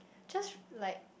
just like